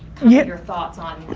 yeah your thoughts on,